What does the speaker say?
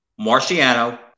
Marciano